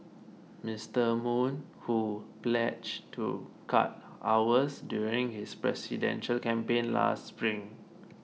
Mister Moon who pledged to cut hours during his presidential campaign last spring